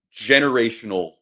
generational